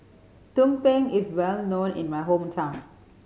tumpeng is well known in my hometown